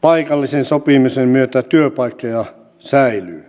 paikallisen sopimisen myötä työpaikkoja säilyy